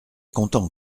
content